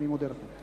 אני מודה לך.